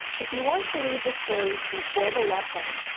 if you want to read the stories before the lesson,